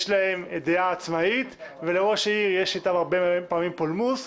יש להם דעה עצמאית ולראש העיר יש איתם הרבה פעמים פולמוס,